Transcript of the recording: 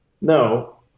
No